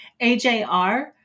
ajr